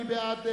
מי בעד?